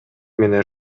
менен